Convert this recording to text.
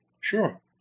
Sure